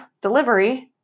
delivery